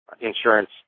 insurance